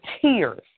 tears